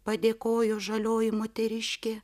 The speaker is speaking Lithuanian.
padėkojo žalioji moteriškė